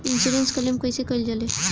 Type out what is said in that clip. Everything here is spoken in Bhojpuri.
इन्शुरन्स क्लेम कइसे कइल जा ले?